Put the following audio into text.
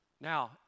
Now